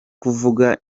kuvuga